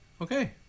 Okay